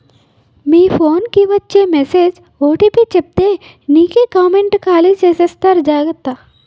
మీ phone కి వచ్చే message OTP చెప్పితే నీకే కామెంటు ఖాళీ చేసేస్తారు జాగ్రత్త